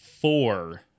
four